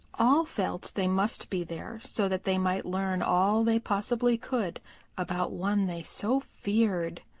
all felt they must be there so that they might learn all they possibly could about one they so feared.